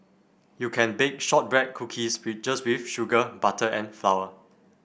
you can bake shortbread cookies with just with sugar butter and flour